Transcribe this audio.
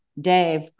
Dave